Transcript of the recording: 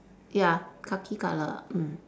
ya khaki colour mm